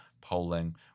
polling